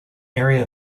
area